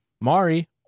Mari